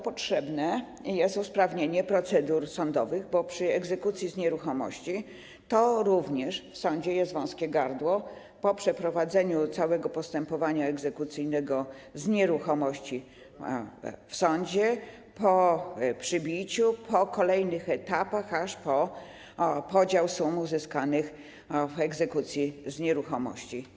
Potrzebne jest usprawnienie procedur sądowych, bo w przypadku egzekucji z nieruchomości w sądzie jest wąskie gardło - od przeprowadzenia całego postępowania egzekucyjnego z nieruchomości w sądzie, przez przebicie, kolejne etapy po podział sum uzyskanych w egzekucji z nieruchomości.